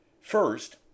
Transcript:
First